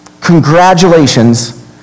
congratulations